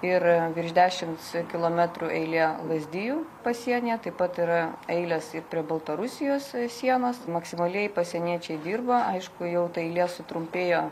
ir virš dešimts kilometrų eilė lazdijų pasienyje taip pat yra eilės prie baltarusijos sienos maksimaliai pasieniečiai dirba aišku jau ta eilė sutrumpėjo